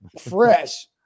Fresh